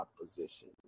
opposition